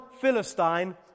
Philistine